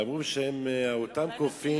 אמרו שאותם קופים,